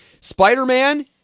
Spider-Man